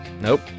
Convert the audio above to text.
Nope